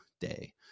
day